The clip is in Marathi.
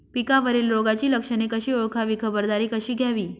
पिकावरील रोगाची लक्षणे कशी ओळखावी, खबरदारी कशी घ्यावी?